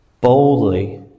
boldly